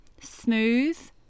smooth